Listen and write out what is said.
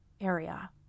area